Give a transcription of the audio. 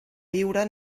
viure